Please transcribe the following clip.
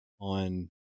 on